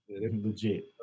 Legit